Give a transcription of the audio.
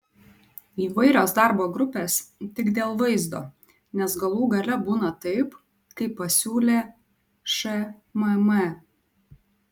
įvairios darbo grupės tik dėl vaizdo nes galų gale būna taip kaip pasiūlė šmm